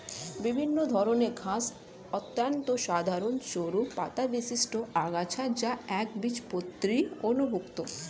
বিভিন্ন ধরনের ঘাস অত্যন্ত সাধারণ সরু পাতাবিশিষ্ট আগাছা যা একবীজপত্রীর অন্তর্ভুক্ত